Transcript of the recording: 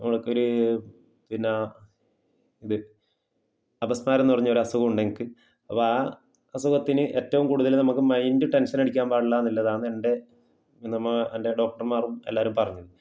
എനിക്ക് ഒരു പിന്നെ ഇത് അപസ്മാരം എന്ന് പറഞ്ഞ ഒരു അസുഖം ഉണ്ട് എനിക്ക് ആ അസുഖത്തിന് ഏറ്റവും കൂടുതൽ നമുക്ക് മൈൻഡ് ടെൻഷൻ അടിക്കാൻ പാടില്ല എന്നുള്ളതാണ് എൻ്റെ നമ്മ എൻ്റെ ഡോക്ടർമാറും എല്ലാവരും പറഞ്ഞത്